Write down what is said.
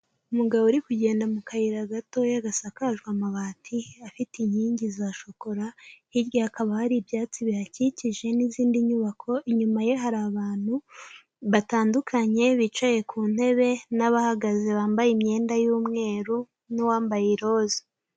Umugabo uri kugenda mu kayira gatoya gasakajwe amabati afite inkingi za shokora, hirya hakaba hari ibyatsi bihakikije n'izindi nyubako, inyuma ye hari abantu batandukanye bicaye ku ntebe n'abahagaze bambaye imyenda y'umweru n'uwambaye iroza.